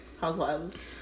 Housewives